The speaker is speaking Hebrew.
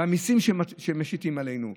במיסים שהם משיתים אלינו,